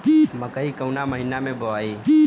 मकई कवना महीना मे बोआइ?